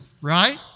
right